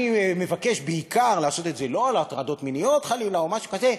אני מבקש בעיקר לעשות את זה לא על הטרדות מיניות חלילה או משהו כזה,